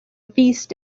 feast